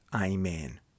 Amen